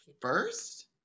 first